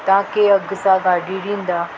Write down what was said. तव्हां कंहिं अघि सां गाॾी ॾींदा